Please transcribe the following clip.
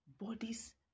bodies